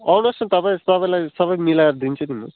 आउनुहोस् न तपाईँ तपाईँलाई सबै मिलाएर दिन्छु नि म